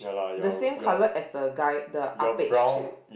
the same colour as the guy the Ah Pek chair